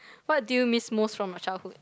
what do you miss most from your childhood